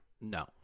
No